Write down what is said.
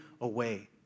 away